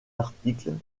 articles